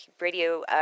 Radio